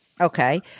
Okay